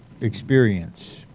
experience